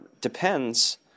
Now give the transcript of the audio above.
depends